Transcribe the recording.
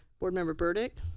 board member burdick.